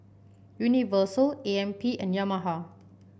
Universal A M P and Yamaha